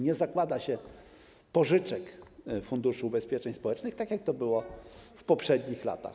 Nie zakłada się pożyczek Funduszu Ubezpieczeń Społecznych, tak jak to było w poprzednich latach.